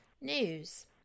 news